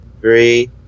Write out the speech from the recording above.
three